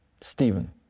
Stephen